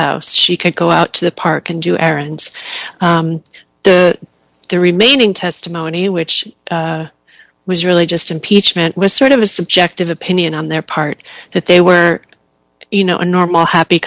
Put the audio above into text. house she could go out to the park and do errands the remaining testimony which was really just impeachment was sort of a subjective opinion on their part that they were you know a normal happy